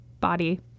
body